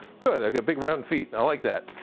good. i got big round feet. i like that.